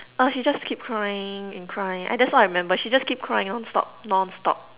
oh she just keep crying and crying uh that's all I remember she just keep crying nonstop nonstop